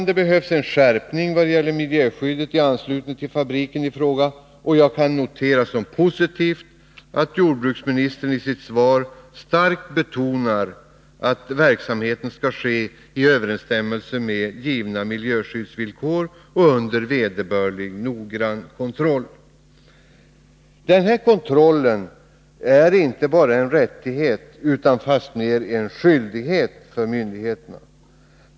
Det behövs en skärpning av miljöskyddet i anslutning till fabriken i fråga, och jag kan notera som positivt att jordbruksministern i sitt svar starkt betonar att verksamheten skall ske i överensstämmelse med givna miljöskyddsvillkor och under vederbörlig noggrann kontroll. Denna kontroll är inte bara en rättighet utan i än högre grad en skyldighet för myndigheterna.